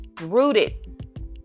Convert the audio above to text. rooted